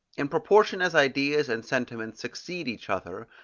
in proportion as ideas and sentiments succeed each other,